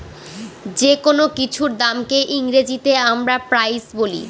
যেকোনো কিছুর দামকে ইংরেজিতে আমরা প্রাইস বলি